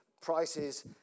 prices